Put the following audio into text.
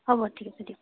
হ'ব ঠিক আছে দিয়ক